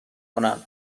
کنم